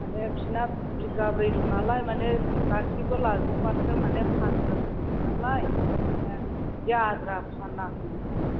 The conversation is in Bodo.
माने बिसोरना बिगाब्रै दङ नालाय माने गासैबो लाजोबबासो माने फानगोन होन्दों नालाय माने बे आद्रा फाना होन्दों आरो